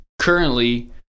Currently